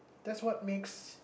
that's what makes